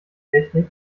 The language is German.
technik